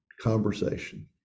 conversation